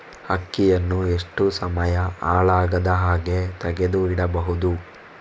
ಅಕ್ಕಿಯನ್ನು ಎಷ್ಟು ಸಮಯ ಹಾಳಾಗದಹಾಗೆ ತೆಗೆದು ಇಡಬಹುದು?